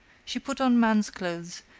she put on man's clothes,